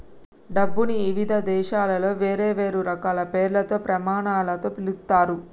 డబ్బుని ఇవిధ దేశాలలో వేర్వేరు రకాల పేర్లతో, ప్రమాణాలతో పిలుత్తారు